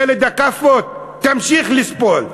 ילד הכאפות, תמשיך לסבול.